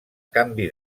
canvi